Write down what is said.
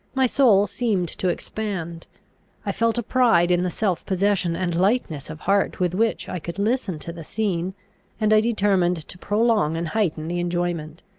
my soul seemed to expand i felt a pride in the self-possession and lightness of heart with which i could listen to the scene and i determined to prolong and heighten the enjoyment.